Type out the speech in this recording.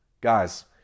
Guys